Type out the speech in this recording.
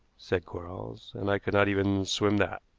said quarles and i could not even swim that.